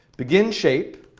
beginshape,